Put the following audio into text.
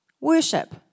Worship